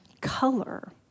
color